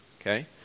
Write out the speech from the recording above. okay